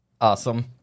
awesome